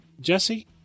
Jesse